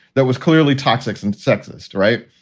that was clearly toxic and sexist. right.